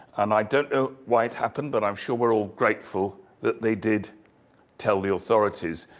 and i don't know why it happened, but i'm sure we're all grateful that they did tell the authorities.